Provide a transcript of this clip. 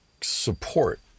support